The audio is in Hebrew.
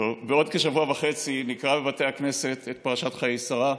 בעוד כשבוע וחצי נקרא בבתי הכנסת את פרשת חיי שרה,